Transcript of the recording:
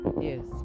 Yes